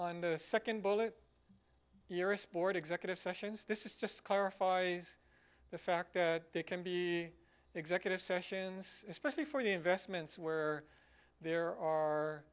on the second bullet board executive sessions this is just clarify the fact that they can be executive sessions especially for the investments where there are